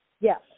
Yes